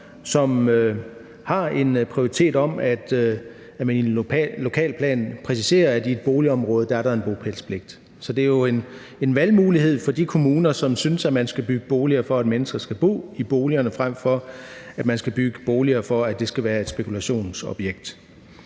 som har en prioritet om, at man i lokalplanen præciserer, at der i et boligområde er en bopælspligt. Så det er jo en valgmulighed for de kommuner, som synes, at man skal bygge boliger, for at mennesker skal bo i boligerne, frem for at man skal bygge boliger, for at de skal være et spekulationsobjekt.